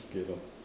okay lor